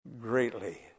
greatly